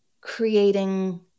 creating